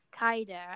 Kaida